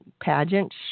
pageant